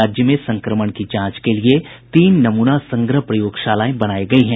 राज्य में संक्रमण की जांच के लिए तीन नमूना संग्रह प्रयोगशालाएं बनाई गई हैं